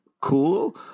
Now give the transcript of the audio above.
cool